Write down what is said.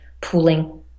pooling